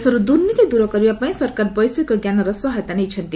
ଦେଶରୁ ଦୁର୍ନୀତି ଦୂର କରିବା ପାଇଁ ସରକାର ବୈଷୟିକଜ୍ଞାନର ସହାୟତା ନେଇଛନ୍ତି